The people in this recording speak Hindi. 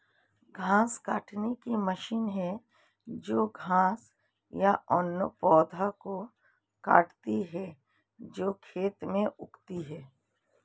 घास काटने की मशीन है जो घास या अन्य पौधों को काटती है जो खेत में उगते हैं